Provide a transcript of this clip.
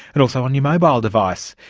and also on your mobile device.